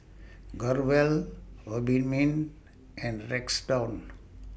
Growell Obimin and